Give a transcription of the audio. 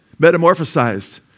metamorphosized